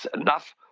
enough